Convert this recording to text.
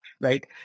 right